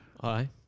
Hi